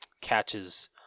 catches